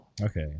Okay